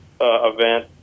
event